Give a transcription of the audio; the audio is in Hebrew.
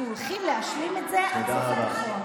אנחנו הולכים להשלים את זה עד סוף התיכון.